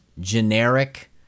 generic